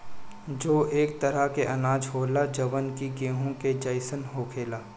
जौ एक तरह के अनाज होला जवन कि गेंहू के जइसन होखेला